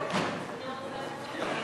לוועדה